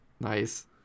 Nice